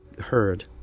heard